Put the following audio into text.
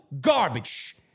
garbage